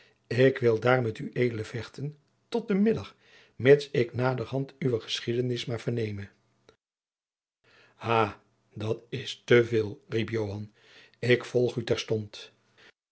ik wil daar met ued vechten tot den middag mits ik naderhand uwe geschiedenis maar verneme ha dat is te veel riep joan ik volg u terstond